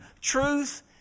truth